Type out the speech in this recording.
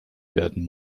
werden